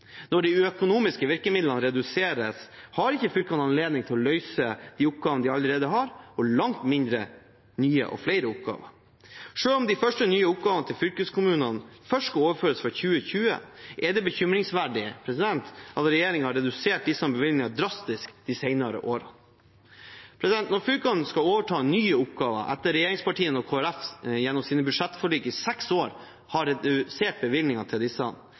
Når de økonomiske virkemidlene reduseres, har ikke fylkene anledning til å løse oppgavene de allerede har, og langt mindre å løse nye og flere oppgaver. Selv om de første nye oppgavene til fylkeskommunene først skal overføres fra 2020, er det bekymringsverdig at regjeringen har redusert disse bevilgningene drastisk de senere årene. Når fylkene skal overta nye oppgaver – etter at regjeringspartiene og Kristelig Folkeparti gjennom sine budsjettforlik i seks år har redusert bevilgningene til